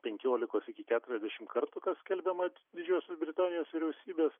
penkiolikos iki keturiasdešim kartų kas skelbiama didžiosios britanijos vyriausybės